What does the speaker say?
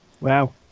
Wow